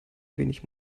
wenig